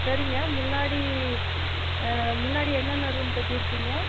சரிங்க முன்னாடி முன்னாடி என்னென்ன ரூம் கட்டியிருகீங்க